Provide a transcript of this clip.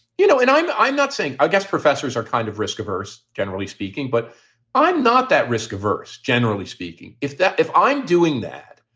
you know, and i'm i'm not saying i guess professors are kind of risk averse, generally speaking. but i'm not that risk averse. generally speaking, if that if i'm doing that,